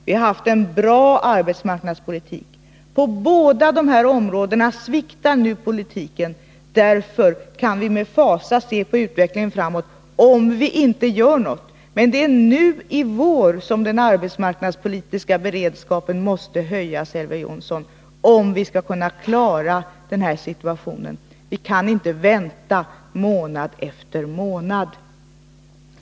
Vi har haft en bra arbetsmarknadspolitik. På båda dessa områden sviktar nu politiken. Därför kan vi med fasa se på utvecklingen framöver, om vi inte gör något. Men det är nu som den arbetsmarknadspolitiska beredskapen måste höjas, Elver Jonsson, om vi skall kunna klara den här situationen. Vi kan inte vänta månad efter månad.